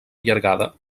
allargada